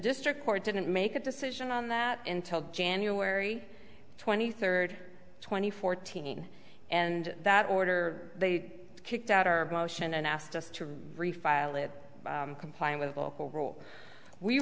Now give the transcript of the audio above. district court didn't make a decision on that until january twenty third two thousand and fourteen and that order they kicked out our motion and asked us to refile it complying with local rule we